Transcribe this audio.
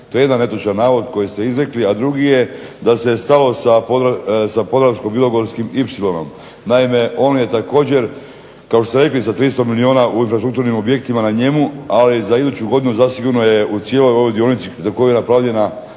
To je jedan netočan navod koji ste izrekli. A drugi je da se stalo sa Podravsko bilogorskim ipsilonom. Naime, on je također kao što ste rekli za 300 milijuna infrastrukturnim objektima na njemu ali za iduću godinu zasigurno je na cijeloj ovoj dionici za koju je napravljena